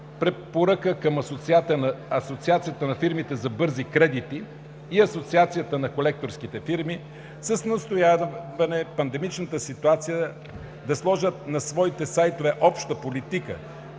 препоръка към Асоциацията на фирмите за бързи кредити и Асоциацията на колекторските фирми с настояване в пандемичната ситуация да сложат на своите сайтове обща политика,